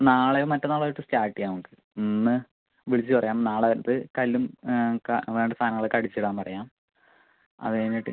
നാളെയോ മറ്റന്നാളോ ആയിട്ട് സ്റ്റാർട്ട് ചെയ്യാം നമുക്ക് ഇന്ന് വിളിച്ച് പറയാം നാളത്തെ കല്ലും വേണ്ട സാധനങ്ങൾ ഒക്കെ അടിച്ച് ഇടാൻ പറയാം അത് കഴിഞ്ഞിട്ട്